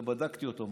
ובדקתי אותו,